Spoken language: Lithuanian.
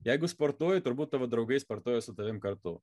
jeigu sportuoji turbūt tavo draugai sportuoja su tavim kartu